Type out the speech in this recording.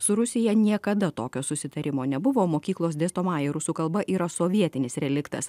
su rusija niekada tokio susitarimo nebuvo mokyklos dėstomąja rusų kalba yra sovietinis reliktas